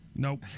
Nope